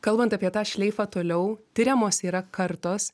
kalbant apie tą šleifą toliau tiriamos yra kartos